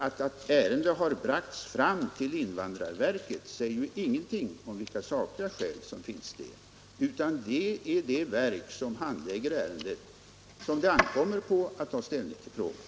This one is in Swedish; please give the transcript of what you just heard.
Att ärendet har bragts fram till invandrarverket säger ingenting om vilka sakliga skäl som kan finnas, utan det är det verk som handlägger ärendet som det ankommer på att ta ställning till frågan.